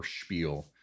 spiel